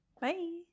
bye